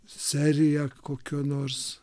serija kokio nors